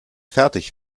fertig